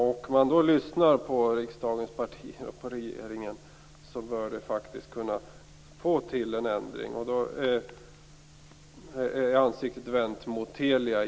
Om man lyssnar på riksdagens partier och på regeringen bör det gå att få till stånd en ändring. Jag vänder mig då återigen till Telia.